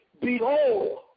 Behold